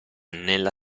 nella